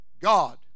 God